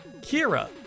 Kira